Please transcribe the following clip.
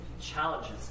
challenges